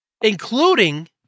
Including